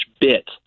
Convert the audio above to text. bit